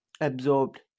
absorbed